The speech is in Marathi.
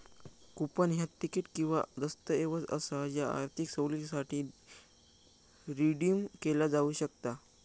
कूपन ह्या तिकीट किंवा दस्तऐवज असा ज्या आर्थिक सवलतीसाठी रिडीम केला जाऊ शकता